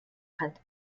halt